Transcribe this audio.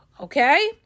Okay